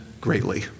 greatly